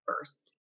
first